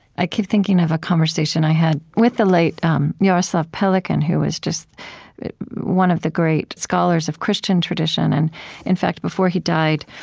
i keep thinking of a conversation i had with the late um jaroslav pelikan, who was just one of the great scholars of christian tradition and in fact, before he died,